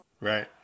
Right